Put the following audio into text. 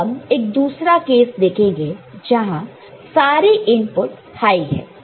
अब हम दूसरा केस देखेंगे जहां सारे इनपुट हाई है